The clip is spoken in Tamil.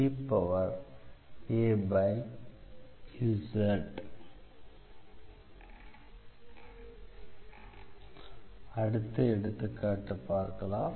Fzaeaz அடுத்த எடுத்துக்காட்டு பார்க்கலாம்